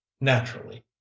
naturally